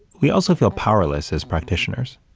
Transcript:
we also feel powerless as practitioners.